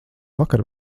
vakar